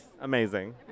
Amazing